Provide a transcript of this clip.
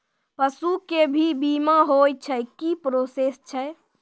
पसु के भी बीमा होय छै, की प्रोसेस छै?